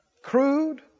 crude